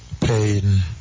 Pain